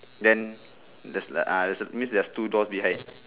then there's a ah that means there's two doors behind